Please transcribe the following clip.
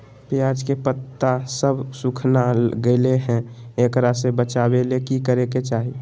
प्याज के पत्ता सब सुखना गेलै हैं, एकरा से बचाबे ले की करेके चाही?